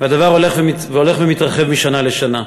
והדבר הולך ומתרחב משנה לשנה.